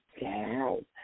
down